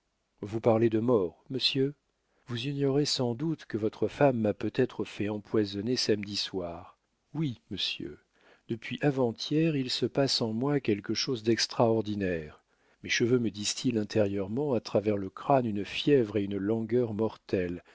vous parlez de mort monsieur vous ignorez sans doute que votre femme m'a peut-être fait empoisonner samedi soir oui monsieur depuis avant-hier il se passe en moi quelque chose d'extraordinaire mes cheveux me distillent intérieurement à travers le crâne une fièvre et une langueur mortelle